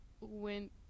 went